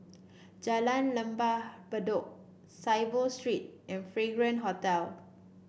Jalan Lembah Bedok Saiboo Street and Fragrance Hotel